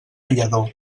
lladó